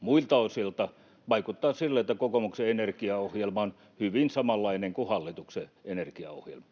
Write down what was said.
Muilta osilta vaikuttaa, että kokoomuksen energiaohjelma on hyvin samanlainen kuin hallituksen energiaohjelma.